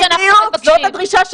יפה, בדיוק, זאת הדרישה שלנו,